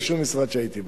בשום משרד שהייתי בו.